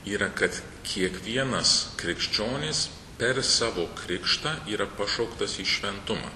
yra kad kiekvienas krikščionis per savo krikštą yra pašauktas į šventumą